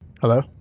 Hello